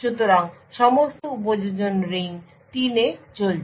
সুতরাং সমস্ত উপযোজন রিং 3 এ চলছে